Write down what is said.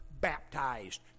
baptized